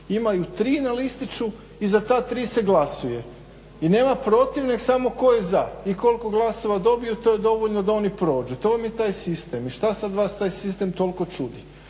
imaju tri na listiću i za ta tri se glasuje. I nema protiv nego samo tko je za i koliko glasova dobiju to je dovoljno da oni prođu. To vam je taj sistem. I što sad vas taj sistem toliko čudi?